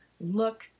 look